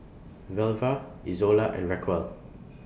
Velva Izola and Raquel